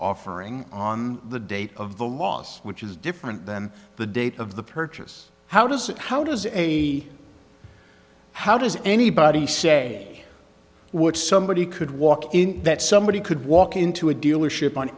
offering on the date of the loss which is different than the date of the purchase how does it how does a how does anybody say what somebody could walk in that somebody could walk into a dealership on